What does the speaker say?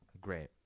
Great